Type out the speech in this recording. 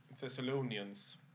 Thessalonians